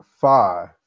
five